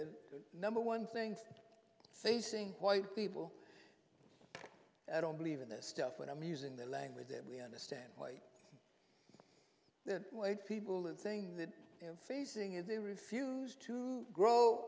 the number one thing facing white people i don't believe in this stuff when i'm using the language that we understand white the way people and things that they're facing if they refused to grow